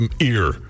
ear